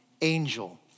angel